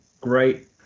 great